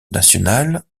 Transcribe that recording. nationale